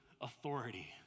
authority